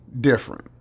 different